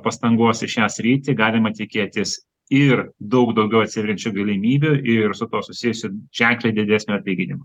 pastangos į šią sritį galima tikėtis ir daug daugiau atsiveriančių galimybių ir su tuo susijusio ženkliai didesnio atlyginimo